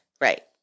Right